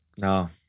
No